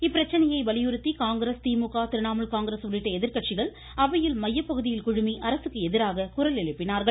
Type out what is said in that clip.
இப்பிரச்சனையை வலியுறுத்தி காங்கிரஸ் திமுக திரிணாமுல் காங்கிரஸ் உள்ளிட்ட எதிர்கட்சிகள் அவையில் மையப்பகுதியில் குழுமி அரசுக்கு எதிராக குரலெழுப்பினார்கள்